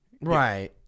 right